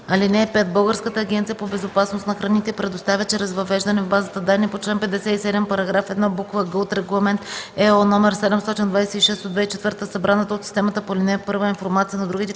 „(5) Българската агенция по безопасност на храните предоставя чрез въвеждане в базата данни по чл. 57, параграф 1, буква „г” от Регламент (ЕО) № 726/2004 събраната от системата по ал. 1 информация на другите